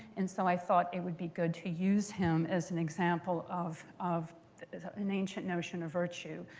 and so i thought it would be good to use him as an example of of an ancient notion of virtue.